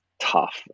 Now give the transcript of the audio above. tough